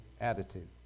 attitude